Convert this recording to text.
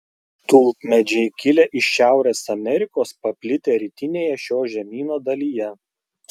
tulpmedžiai kilę iš šiaurės amerikos paplitę rytinėje šio žemyno dalyje